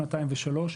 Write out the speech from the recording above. שנתיים ושלוש.